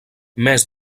més